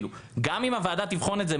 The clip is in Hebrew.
גם אם הוועדה תבחן את זה,